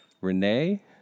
Renee